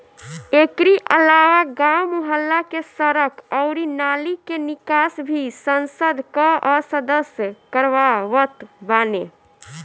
एकरी अलावा गांव, मुहल्ला के सड़क अउरी नाली के निकास भी संसद कअ सदस्य करवावत बाने